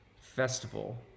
festival